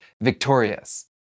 victorious